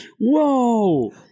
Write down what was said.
Whoa